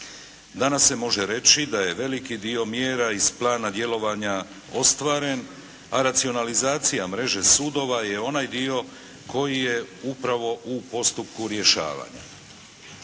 Danas se može reći da je veliki dio mjera iz plana djelovanja ostvaren a racionalizacija mreže sudova je onaj dio koji je upravo u postupku rješavanja.